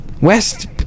West